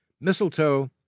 Mistletoe